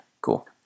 cool